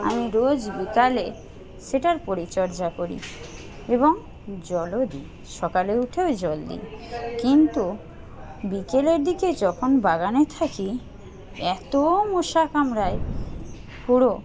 আমি রোজ বিকালে সেটার পরিচর্যা করি এবং জলও দিই সকালে উঠেও জল দিই কিন্তু বিকেলের দিকে যখন বাগানে থাকি এতো মশা কামড়ায় পুরো